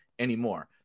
anymore